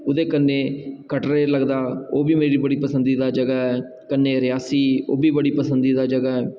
ओह्दे कन्नै कटरै लगदा ओह् बी मेरी बड़ी पसंदिदा जगहां ऐ कन्नै रियासी ओह् बी पसंदिदा जगह् ऐ